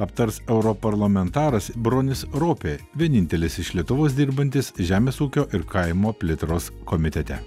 aptars europarlamentaras bronis ropė vienintelis iš lietuvos dirbantis žemės ūkio ir kaimo plėtros komitete